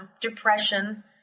depression